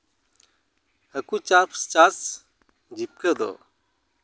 ᱦᱟᱹᱠᱩ ᱪᱟᱥ ᱪᱟᱥ ᱡᱤᱵᱽᱠᱟᱹ ᱫᱚ